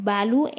Balu